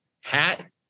hat